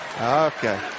Okay